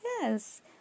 yes